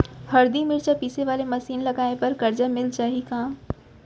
हरदी, मिरचा पीसे वाले मशीन लगाए बर करजा मिलिस जाही का?